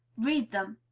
read them,